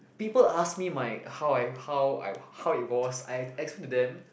people asked me my how I how I how it was I explain to them